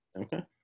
okay